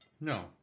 No